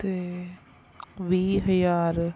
ਤੇ ਵੀਹ ਹਜ਼ਾਰ